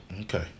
Okay